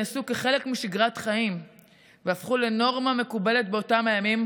שנעשו כחלק משגרת חיים והפכו לנורמה מקובלת באותם הימים,